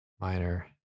minor